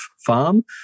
farm